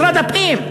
משרד הפנים,